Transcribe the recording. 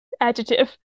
Adjective